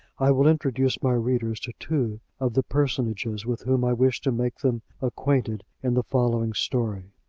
i will introduce my readers to two of the personages with whom i wish to make them acquainted in the following story.